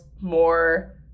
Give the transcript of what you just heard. more